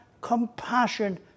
compassion